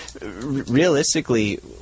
realistically